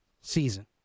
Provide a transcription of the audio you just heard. season